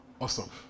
Awesome